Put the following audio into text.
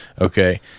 Okay